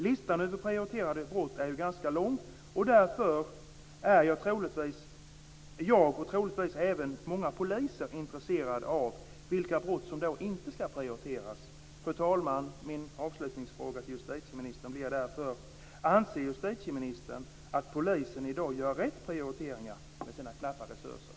Listan över prioriterade brott är ganska lång, och därför är jag och troligtvis även många poliser intresserade av vilka brott som då inte skall prioriteras. Fru talman! Min avslutningsfråga till justitieministern blir därför följande: Anser justitieministern att polisen i dag gör rätt prioriteringar med sina knappa resurser?